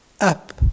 up